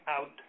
out